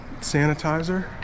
sanitizer